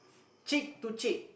cheek to cheek